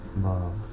love